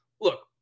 look